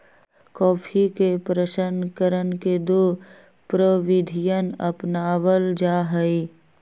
coffee के प्रशन करण के दो प्रविधियन अपनावल जा हई